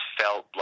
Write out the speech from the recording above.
felt